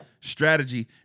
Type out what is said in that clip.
strategy